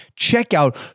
checkout